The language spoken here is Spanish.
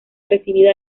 recibida